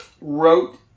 wrote